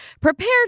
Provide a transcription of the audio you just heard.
prepared